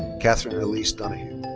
kathryn elise donahue.